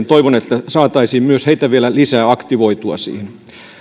toivon että saataisiin myös heitä vielä lisää aktivoitua siihen